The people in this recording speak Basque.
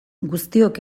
guztiok